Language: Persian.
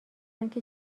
آنکه